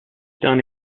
done